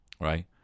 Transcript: right